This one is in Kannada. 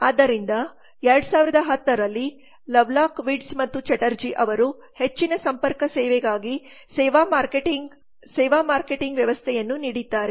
ಆದ್ದರಿಂದ 2010 ರಲ್ಲಿ ಲವ್ಲಾಕ್ ವಿರ್ಟ್ಜ್ ಮತ್ತು ಚಟರ್ಜಿLovelock Wirtz and Chatterjee ಅವರು ಹೆಚ್ಚಿನ ಸಂಪರ್ಕ ಸೇವೆಗಾಗಿ ಸೇವಾ ಮಾರ್ಕೆಟಿಂಗ್ ವ್ಯವಸ್ಥೆಯನ್ನು ನೀಡಿದ್ದಾರೆ